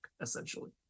essentially